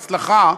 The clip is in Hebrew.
הצלחה,